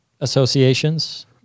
associations